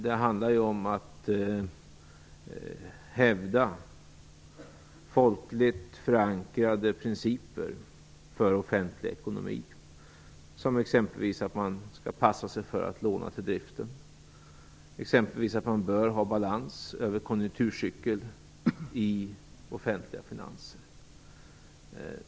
Det handlar ju om att hävda folkligt förankrade principer för offentlig ekonomi. Som exempelvis att man skall passa sig för att låna till driften och att man bör ha balans över konjunkturcykeln i offentliga finanser.